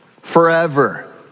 forever